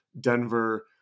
Denver